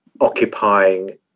occupying